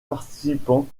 partisans